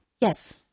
Yes